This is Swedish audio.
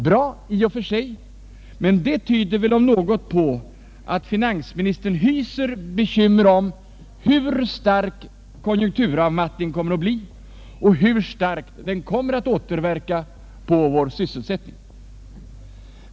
Bra i och för sig, men detta tyder väl om något på att finansministern hyser bekymmer för hur stark konjunkturavmattningen kommer att bli och hur starkt den kommer att återverka på vår sysselsättning.